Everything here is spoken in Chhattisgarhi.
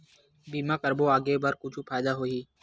बीमा करबो आगे बर कुछु फ़ायदा होही?